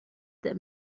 that